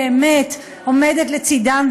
באמת עומדת לצדן,